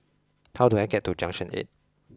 how do I get to Junction eight